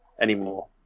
anymore